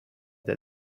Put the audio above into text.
that